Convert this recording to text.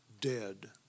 dead